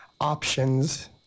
options